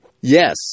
Yes